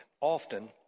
often